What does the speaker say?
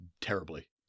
terribly